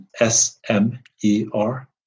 S-M-E-R